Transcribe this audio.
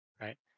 right